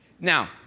Now